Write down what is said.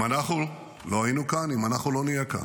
אם אנחנו לא היינו כאן, אם אנחנו לא נהיה כאן,